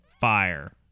fire